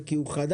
זה כי הוא חדש?